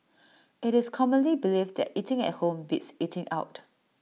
IT is commonly believed that eating at home beats eating out